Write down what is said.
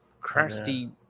crusty